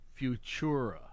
Futura